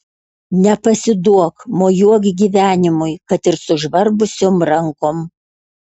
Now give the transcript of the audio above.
nepasiduok mojuok gyvenimui kad ir sužvarbusiom rankom